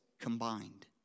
combined